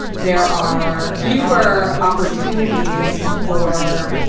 there are fewer opportunities for